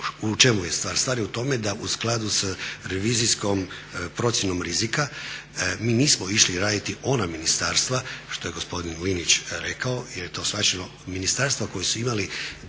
U čemu je stvar? Stvar je u tome da u skladu sa revizijskom procjenom rizika mi nismo išli raditi ona ministarstva što je gospodin Linić rekao, jer je to shvaćeno. Ministarstva koji su imali